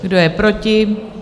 Kdo je proti?